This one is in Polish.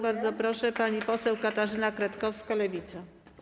Bardzo proszę, pani poseł Katarzyna Kretkowska, Lewica.